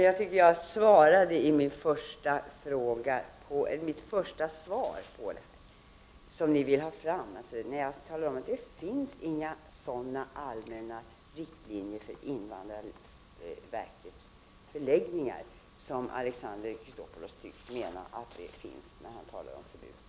Jag tycker att jag i mitt första svar gav besked om det som ni vill ha fram, när jag sade att det finns inga sådana allmänna riktlinjer för invandrarverkets förläggningar som Alexander Chrisopoulos tycks mena att det finns när han talar om förbud.